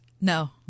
No